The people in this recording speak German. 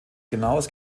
genaues